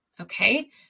okay